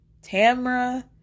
Tamra